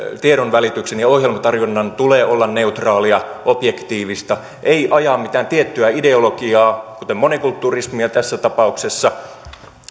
tiedonvälityksen ja ohjelmatarjonnan tulee olla neutraalia objektiivista ei ajaa mitään tiettyä ideologiaa kuten monikulturismia tässä tapauksessa